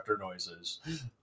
noises